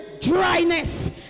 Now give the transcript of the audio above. dryness